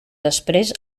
després